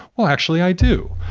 well actually i do.